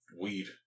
weed